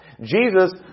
Jesus